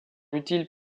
utiles